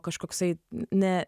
kažkoksai ne